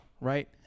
right